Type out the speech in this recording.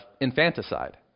infanticide